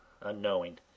unknowing